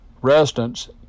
residents